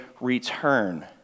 return